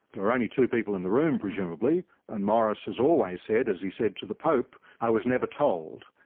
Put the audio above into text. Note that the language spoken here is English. there were only two people in the room presumably and morris has always said as he said to the pope, i was never told.